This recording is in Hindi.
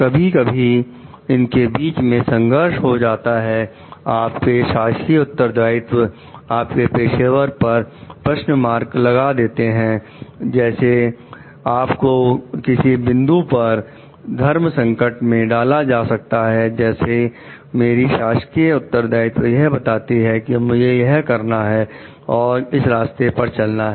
कभी कभी इनके बीच में संघर्ष हो जाता है आपके शासकीय उत्तरदायित्व आपके पेशेवर पर प्रश्न मार्क लगा देते हैं जैसे आपको किसी बिंदु पर धर्म संकट में डाला जा सकता है जैसे मेरी शासकीय उत्तरदायित्व यह बताती है कि मुझे यह करना है और इस रास्ते पर चलना है